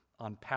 On